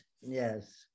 Yes